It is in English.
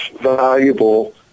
valuable